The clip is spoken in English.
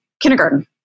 kindergarten